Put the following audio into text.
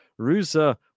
Rusa